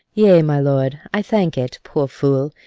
yea, my lord i thank it, poor fool,